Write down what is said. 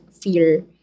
fear